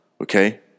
Okay